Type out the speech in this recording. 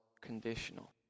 conditional